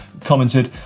commented,